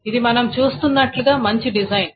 ఇది మనం చూస్తున్నట్లుగా మంచి డిజైన్